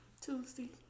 Tuesday